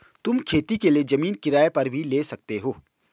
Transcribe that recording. तुम खेती के लिए जमीन किराए पर भी ले सकते हो